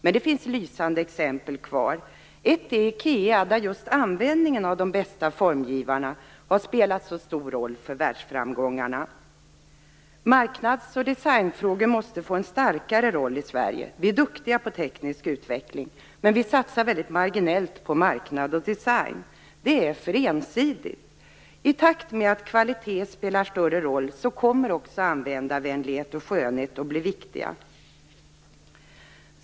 Men det finns lysande exempel kvar. Ett är IKEA, där just användningen av de bästa formgivarna har spelat stor roll för världsframgångarna. Marknads och designfrågor måste få en starkare roll i Sverige. Vi är duktiga på teknisk utveckling, men vi satsar väldigt marginellt på marknad och design. Det är för ensidigt. I takt med att kvalitet spelar större roll kommer också begrepp som användarvänlighet och skönhet att bli viktiga.